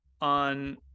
on